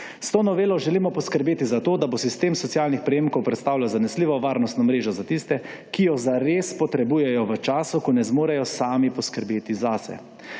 S to novelo želimo poskrbeti za to, da bo sistem socialnih prejemkov predstavljal zanesljivo varnostno mrežo za tiste, ki jo zares potrebujejo v času, ko ne zmorejo sami poskrbeti zase.